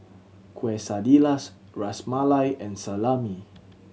Quesadillas Ras Malai and Salami